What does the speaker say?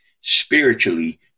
spiritually